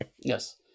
Yes